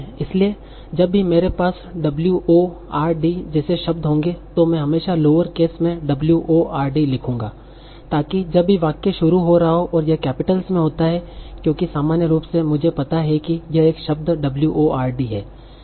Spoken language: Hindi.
इसलिए जब भी मेरे पास w o r d जैसे शब्द होंगे तो मैं हमेशा लोअर केस मे w o r d लिखूंगा ताकि जब भी वाक्य शुरू हो रहा हो और यह कैपिटल्स में होता है क्योंकि सामान्य रूप से मुझे पता है कि यह एक शब्द w o r d है